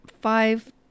five